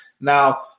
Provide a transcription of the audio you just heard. Now